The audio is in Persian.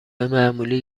معمولی